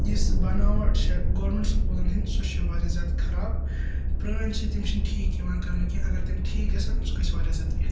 یِژھ بَناوَٹ چھ گورمیٚنٹ سکولَن ہِنٛد سۄ چھ وارِیاہ زیادٕ خَراب پرٲنۍ چھِ تِم چھِنہٕ ٹھیک یِوان کَرنہٕ کیٚنٛہہ اَگَر تِم ٹھیک گَژھن سُہ گَژھہِ وارِیاہ زیادٕ بِہتَر